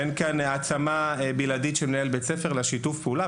ואין כאן העצמה בלעדית של מנהל בית הספר לשיתוף הפעולה.